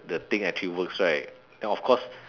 the thing actually works right then of course